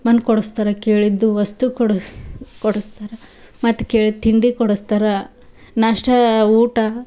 ಮನ್ ಕೊಡಸ್ತಾರೆ ಕೇಳಿದ್ದು ವಸ್ತು ಕೊಡಿಸ್ ಕೊಡಸ್ತಾರೆ ಮತ್ತು ಕೇಳಿದ ತಿಂಡಿ ಕೊಡಸ್ತಾರೆ ನಾಷ್ಟಾ ಊಟ